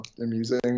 amusing